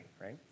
right